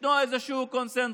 ישנו איזשהו קונסנזוס.